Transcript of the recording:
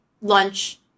lunch